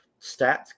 stats